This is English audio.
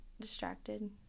distracted